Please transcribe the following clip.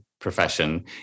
profession